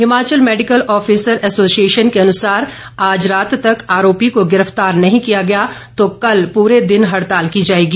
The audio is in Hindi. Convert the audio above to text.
हिमाचल मैडिकल ऑफिसर एसोसिएशन के अनुसार आज रात तक आरोपी को गिरफ्तार नहीं किया गया तो कल पूरे दिन हड़ताल की जाएगी